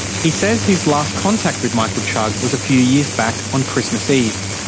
he says his last contact with michael chugg was a few years back on christmas eve.